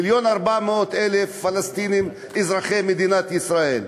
מיליון ו-400,000 פלסטינים אזרחי מדינת ישראל.